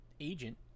agent